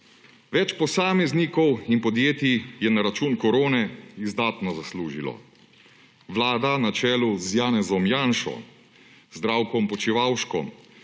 Več posameznikov in podjetij je na račun korone izdatno zaslužilo. Vlada na čelu z Janezom Janšo, Zdravkom Počivalškom,